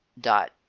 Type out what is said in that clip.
dot